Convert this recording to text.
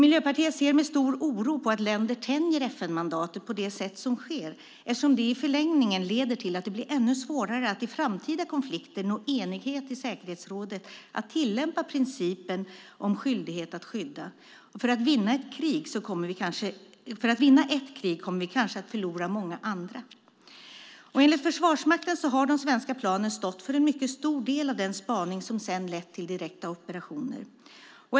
Miljöpartiet ser med stor oro på att länder tänjer FN-mandatet på det sätt som sker, eftersom det i förlängningen leder till att det blir ännu svårare att i framtida konflikter nå enighet i säkerhetsrådet om att tillämpa principen om skyldighet att skydda. För att vinna ett krig kommer vi kanske att förlora många andra. Enligt Försvarsmakten har de svenska planen stått för en mycket stor del av den spaning som sedan lett till direkta operationer.